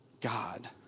God